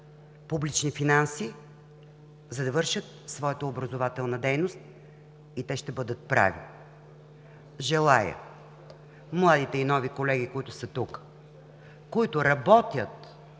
публични финанси, за да вършат своята образователна дейност, и ще бъдат прави. Желая младите и нови колеги, които са тук, които работят